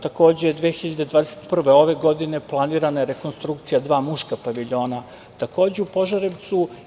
Takođe, 2021. ove godine planirana je rekonstrukcija dva muška paviljona, takođe u Požarevcu.